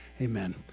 Amen